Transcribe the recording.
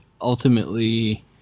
ultimately